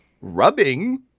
rubbing